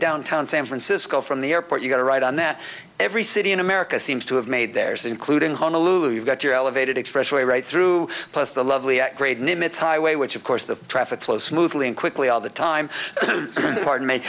downtown san francisco from the airport you go right on that every city in america seems to have made there's including honolulu got your elevated expressway right through plus the lovely at great nimitz highway which of course the traffic flows smoothly and quickly all the time pardon me